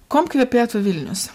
kuom kvepėtų vilnius